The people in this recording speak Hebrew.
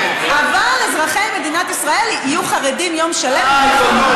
אבל אזרחי מדינת ישראל יהיו חרדים יום שלם ממלחמה.